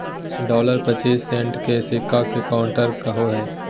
dollar पच्चीस cent के सिक्का के क्वार्टर कहो हइ